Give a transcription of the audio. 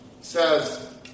says